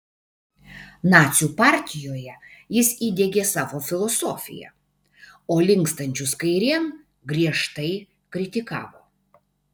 nacių partijoje jis įdiegė savo filosofiją o linkstančius kairėn griežtai kritikavo